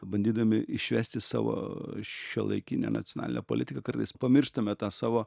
pabandydami išvesti savo šiuolaikinę nacionalinę politiką kartais pamirštame tą savo